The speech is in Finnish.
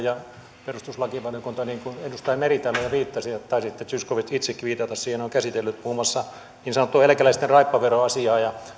perustuslakivaliokunta niin kuin edustaja meri täällä jo viittasi ja taisitte zyskowicz itsekin viitata siihen on käsitellyt muun muassa niin sanottua eläkeläisten raippaveroasiaa ja